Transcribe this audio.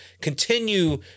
continue